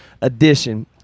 edition